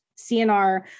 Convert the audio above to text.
CNR